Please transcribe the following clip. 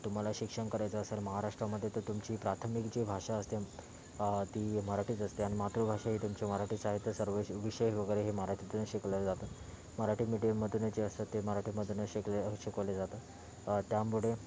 तुम्हाला शिक्षण करायचं असेल महाराष्ट्रामध्ये तर तुमची प्राथमिक जी भाषा असते ती मराठीच असते आणि मातृभाषाही तुमची मराठीच आहे तर सर्वच विषय वगैरे हे मराठीतूनच शिकवले जातात मराठी मिडीयममधूनच जे असतं ते मराठीमधूनच शिकले शिकवले जातं त्यामुळे